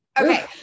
okay